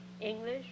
English